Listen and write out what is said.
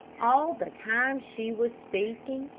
all the time she was speaking,